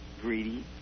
greedy